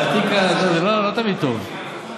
להעתיק זה לא תמיד טוב.